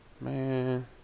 Man